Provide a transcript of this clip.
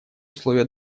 условия